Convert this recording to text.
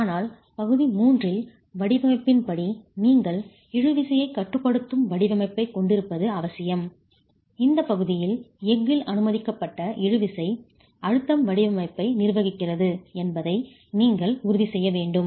ஆனால் பகுதி 3 இல் வடிவமைப்பின்படி நீங்கள் இழு விசையை கட்டுப்படுத்தும் வடிவமைப்பைக் கொண்டிருப்பது அவசியம் இந்த பகுதியில் எஃகில் அனுமதிக்கப்பட்ட இழுவிசை அழுத்தம் வடிவமைப்பை நிர்வகிக்கிறது என்பதை நீங்கள் உறுதி செய்ய வேண்டும்